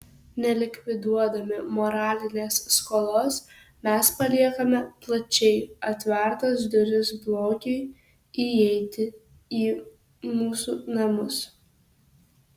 nelikviduodami moralinės skolos mes paliekame plačiai atvertas duris blogiui įeiti į mūsų namus